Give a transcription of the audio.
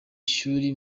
shuri